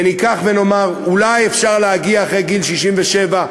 וניקח ונאמר: אולי אפשר להגיע אחרי גיל 67,